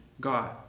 God